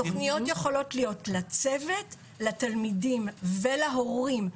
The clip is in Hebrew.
התוכניות יכולות להיות לצוות, לתלמידים ולהורים.